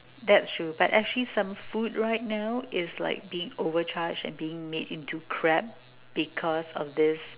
that's true but actually some food right now is like being overcharged and being made into crap because of this